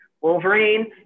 Wolverine